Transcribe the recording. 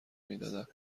میدادن